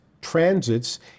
transits